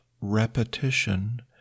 repetition